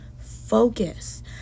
Focus